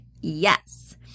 yes